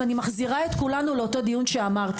אז אני מחזירה את כולנו לאותו דיון שאמרתי.